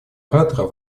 оратора